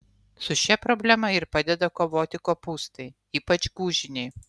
su šia problema ir padeda kovoti kopūstai ypač gūžiniai